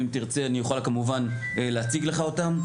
אם תרצה אני אוכל כמובן להציג לך אותם.